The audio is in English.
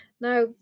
Now